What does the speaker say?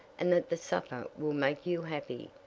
and that the supper will make you happy,